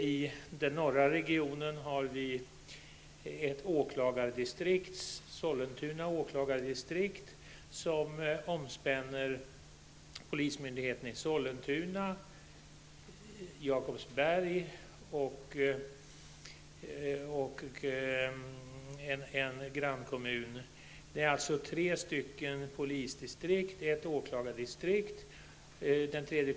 I den norra regionen har vi ett åklagardistrikt, Sollentuna åklagardistrikt, som omspänner polismyndigheterna i Sollentuna, Jakobsberg och en grannkommun. Det rör sig alltså om tre polisdistrikt och ett åklagardistrikt.